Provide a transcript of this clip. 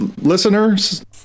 listeners